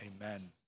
amen